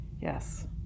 Yes